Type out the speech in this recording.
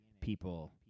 people